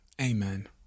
amen